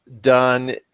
done